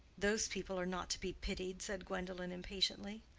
those people are not to be pitied, said gwendolen, impatiently.